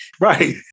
Right